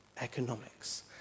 economics